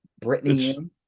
Britney